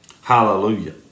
hallelujah